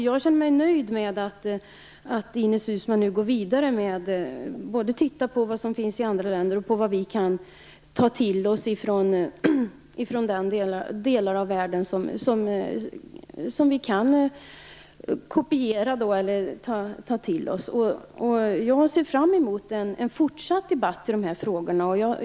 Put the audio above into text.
Jag känner mig nöjd med att Ines Uusmann nu går vidare och tittar närmare på vad som finns i andra länder och på vad vi kan ta till oss från de delar av världen som vi kan kopiera. Jag ser fram mot en fortsatt debatt i de här frågorna.